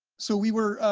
so we were,